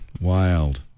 Wild